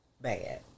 bad